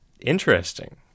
interesting